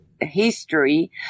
history